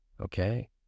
Okay